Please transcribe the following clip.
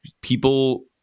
people